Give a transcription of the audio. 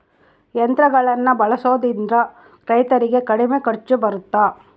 ಯಂತ್ರಗಳನ್ನ ಬಳಸೊದ್ರಿಂದ ರೈತರಿಗೆ ಕಡಿಮೆ ಖರ್ಚು ಬರುತ್ತಾ?